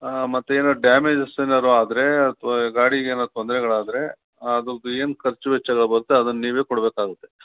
ಹಾಂ ಮತ್ತೆ ಏನೋ ಡ್ಯಾಮೇಜಸ್ ಏನಾರು ಆದರೆ ಅಥವಾ ಗಾಡಿಗೆನಾರು ತೊಂದರೆಗಳಾದ್ರೆ ಅದು ಏನು ಖರ್ಚು ವೆಚ್ಚಗಳು ಬರುತ್ತೆ ಅದುನ್ನ ನೀವೇ ಕೊಡ್ಬೇಕಾಗುತ್ತೆ